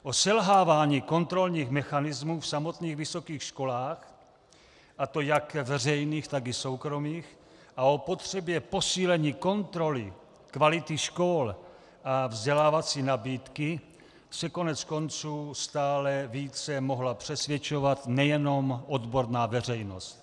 O selhávání kontrolních mechanismů v samotných vysokých školách, a to jak veřejných, tak i soukromých, a o potřebě posílení kontroly kvality škol a vzdělávací nabídky se koneckonců stále více mohla přesvědčovat nejenom odborná veřejnost.